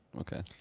Okay